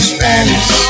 Spanish